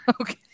Okay